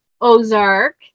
Ozark